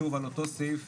על אותו סעיף,